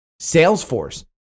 Salesforce